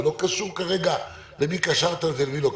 בלי קשר למי קשרת את זה ולמי לא,